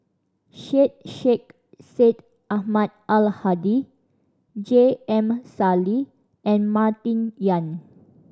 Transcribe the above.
Syed Sheikh Syed Ahmad Al Hadi J M Sali and Martin Yan